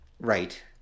Right